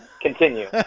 Continue